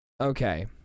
Okay